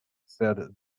said